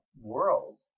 world